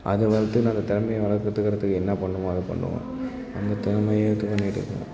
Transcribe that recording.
அதை வளர்த்து நாங்கள் திறமைய வளர்த்துக்குறத்துக்கு என்ன பண்ணணுமோ அதை பண்ணுவோம் அந்த திறமையை இது பண்ணிக்கிட்டு இருப்போம்